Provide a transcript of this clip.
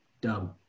dumb